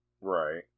Right